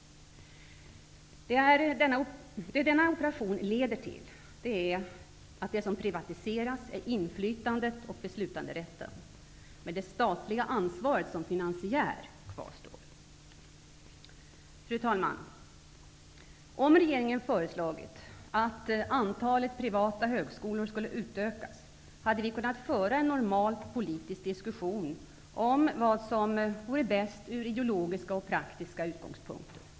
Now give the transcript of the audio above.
Det denna operation leder till är att det som privatiseras är inflytandet och beslutsrätten, medan det statliga ansvaret som finansiär kvarstår. Fru talman! Om regeringen föreslagit att antalet privata högskolor skulle utökas hade vi kunnat föra en normal politisk diskussion om vad vi anser vore bäst ur ideologiska och praktiska utgångspunkter.